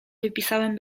wypisałem